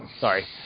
sorry